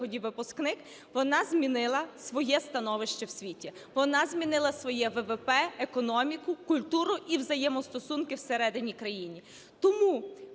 вона змінила своє становище в світі, вона змінила своє ВВП, економіку, культуру і взаємостосунки всередині країни. Тому